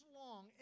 long